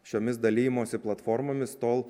šiomis dalijimosi platformomis tol